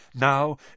Now